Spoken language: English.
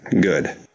good